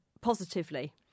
positively